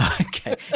Okay